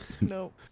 No